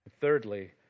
Thirdly